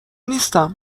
نیستم